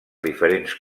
diferents